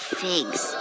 figs